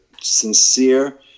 sincere